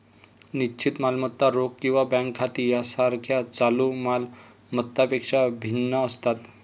निश्चित मालमत्ता रोख किंवा बँक खाती यासारख्या चालू माल मत्तांपेक्षा भिन्न असतात